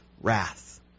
wrath